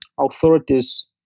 authorities